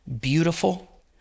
beautiful